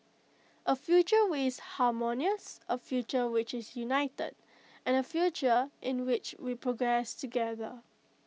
A future which is harmonious A future which is united and A future in which we progress together